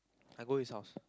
I go his house